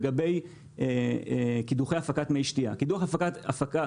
לגבי קידוחי הפקת מי שתייה: קידוח הפקת